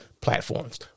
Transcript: platforms